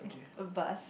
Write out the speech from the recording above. a bus